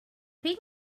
ping